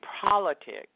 politics